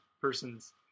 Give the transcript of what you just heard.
Persons